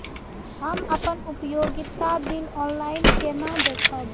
हम अपन उपयोगिता बिल ऑनलाइन केना देखब?